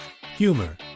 humor